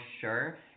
sure